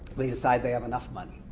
they decide they have enough money